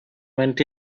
went